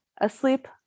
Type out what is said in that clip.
Asleep